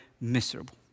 miserable